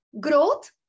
growth